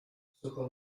sucho